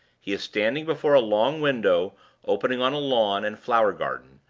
he is standing before a long window opening on a lawn and flower-garden,